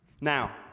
Now